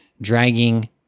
dragging